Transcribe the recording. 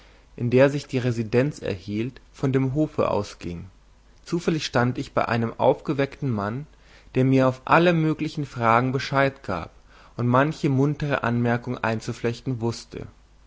in der sich die residenz erhielt von dem hofe ausging zufällig stand ich bei einem aufgeweckten mann der mir auf alle mögliche fragen bescheid gab und manche muntere anmerkung einzuflechten wußte